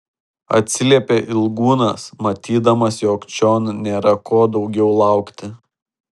atsiliepė ilgūnas matydamas jog čion nėra ko daugiau laukti